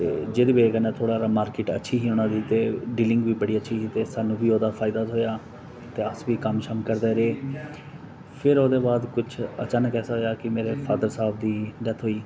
जेह्दी बजह् कन्नै थोह्ड़ा हारा अच्छी ही उना दी ते डीलिंग बी बड़ी अच्छी ही ते स्हानूं बी ओह्दा फायदा थ्होआ ते अस बी कम्म शम्म करदे रेह् फिर ओह्दे बाद कुछ अचानक ऐसा होआ कि मेरे फादर साहब दी डैत्थ होई